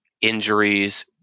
injuries